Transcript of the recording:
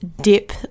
dip